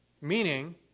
Meaning